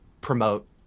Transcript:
promote